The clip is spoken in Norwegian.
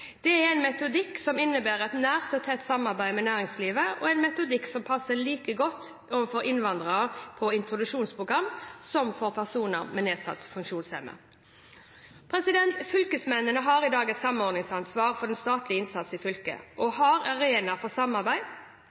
Det er en metodikk som innebærer et nært og tett samarbeid med næringslivet, og en metodikk som passer like godt for innvandrere på introduksjonsprogram som for personer med nedsatt funksjonsevne. Fylkesmennene har i dag et samordningsansvar for den statlige innsatsen i fylket og har arenaer for samarbeid.